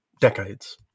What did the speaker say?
decades